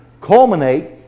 culminate